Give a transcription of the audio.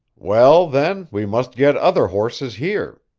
well, then, we must get other horses here.